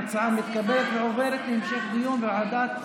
ההצעה מתקבלת ועוברת להמשך דיון בוועדת חוקה,